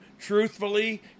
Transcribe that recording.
truthfully